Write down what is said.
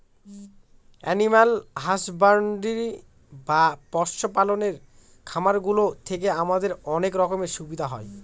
animal husbandry বা পশু পালনের খামার গুলো থেকে আমাদের অনেক রকমের সুবিধা হয়